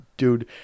dude